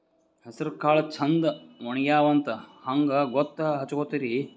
ಹೆಸರಕಾಳು ಛಂದ ಒಣಗ್ಯಾವಂತ ಹಂಗ ಗೂತ್ತ ಹಚಗೊತಿರಿ?